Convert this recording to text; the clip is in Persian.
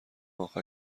اخر